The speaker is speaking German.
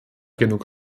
genug